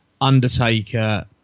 Undertaker